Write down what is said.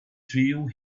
threw